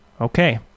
okay